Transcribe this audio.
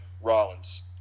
Rollins